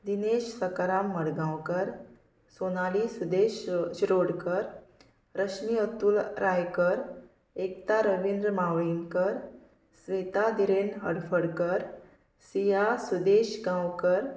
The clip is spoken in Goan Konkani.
दिनेश सकाराम मडगांवकर सोनाली सुदेश शो शिरोडकर रश्मी अतुल रायकर एकता रविंद्र मावळींकर स्वेता धिरेन हडफडकर सिया सुदेश गांवकर